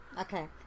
okay